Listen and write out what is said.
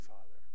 Father